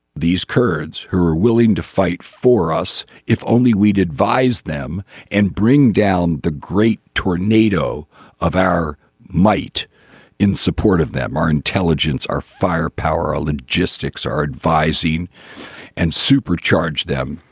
these kurds who were willing to fight for us if only we'd advise them and bring down the great tornado of our might in support of them our intelligence are firepower or logistics are advising and supercharge them.